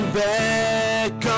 back